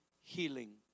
healing